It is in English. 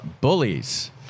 bullies